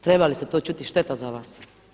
Trebali ste to čuti, šteta za vas.